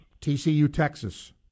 TCU-Texas